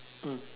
mm